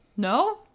No